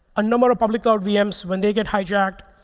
a number of public ah vms, when they get hijacked,